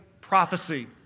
prophecy